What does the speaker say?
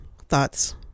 thoughts